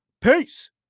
Peace